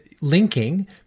linking